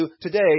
today